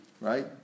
right